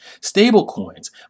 Stablecoins